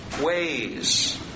ways